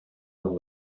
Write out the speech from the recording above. over